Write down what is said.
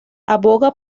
aboga